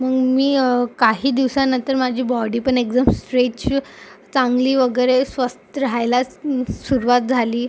मग मी काही दिवसानंतर माझी बॉडी पण एकदम स्ट्रेच चांगली वगैरे स्वस्थ राहायला सुरुवात झाली